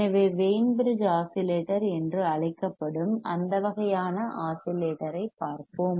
எனவே Wien bridge oscillator என்று அழைக்கப்படும் அந்த வகையான ஆஸிலேட்டரைப் பார்ப்போம்